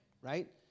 Right